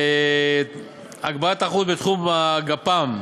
הגברת התחרות בתחום הגפ"מ,